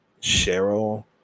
Cheryl